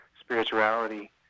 spirituality